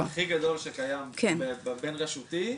חופים הפרויקט הכי גדול שקים בבין רשותי.